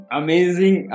amazing